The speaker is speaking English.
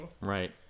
right